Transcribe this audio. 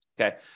Okay